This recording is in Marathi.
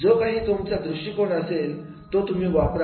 जो काही तुमचा दृष्टिकोन असेल तो तुम्ही वापरा